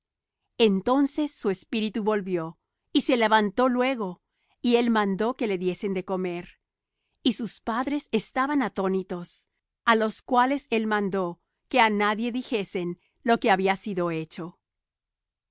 entonces su espíritu volvió y se levantó luego y él mando que le diesen de comer y sus padres estaban atónitos á los cuales él mandó que á nadie dijesen lo que había sido hecho y